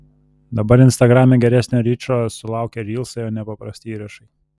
dabar instagrame geresnio ryčo sulaukia rylsai o ne paprasti įrašai